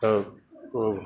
ಹೌದು ಓ